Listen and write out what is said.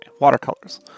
watercolors